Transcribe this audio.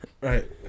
Right